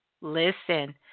Listen